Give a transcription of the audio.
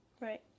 right